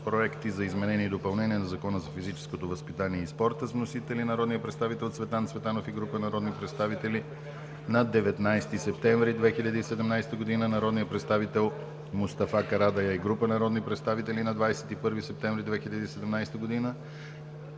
законопроекти за изменение и допълнение на Закона за физическото възпитание и спорта с вносители народният представител Цветан Цветанов и група народни представители на 19 септември 2017 г.; народният представител Мустафа Карадайъ и група народни представители на 21 септември 2017 г.;